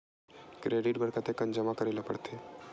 Credit बर कतेकन जमा करे ल पड़थे?